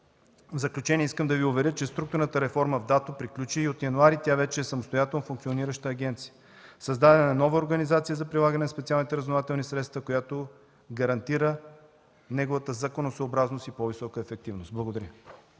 В заключение искам да Ви уверя, че структурната реформа в ДАТО приключи и от месец януари тя вече е самостоятелно функционираща агенция. Създадена е нова организация за прилагане на специалните разузнавателни средства, която гарантира тяхната законосъобразност и по-висока ефективност. Благодаря.